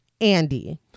Andy